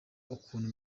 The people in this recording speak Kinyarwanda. ukuntu